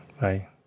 Bye